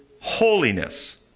holiness